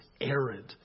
arid